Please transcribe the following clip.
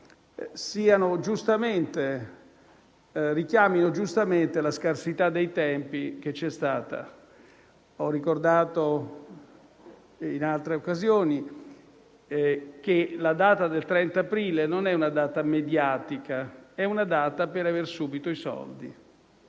richiamino giustamente la scarsità dei tempi che c'è stata. Ho ricordato in altre occasioni che il 30 aprile non è una data mediatica; è una data per avere subito i soldi.